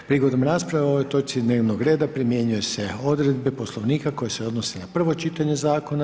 Prigodom rasprave o ovoj točci dnevnog reda primjenjuje se Odredbe Poslovnika koje se odnose na prvo čitanje Zakona.